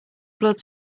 blood